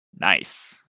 Nice